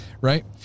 Right